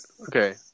Okay